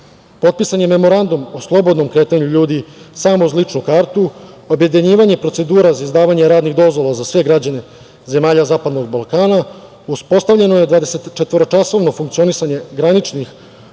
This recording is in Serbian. Potpisan je Memorandum o slobodnom kretanju ljudi samo uz ličnu kartu, objedinjavanje procedure za izdavanje radnih dozvola za sve građane zemalja Zapadnog Balkana, uspostavljeno je dvadesetčetvoro časovno funkcionisanje graničnih